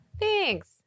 Thanks